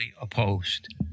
opposed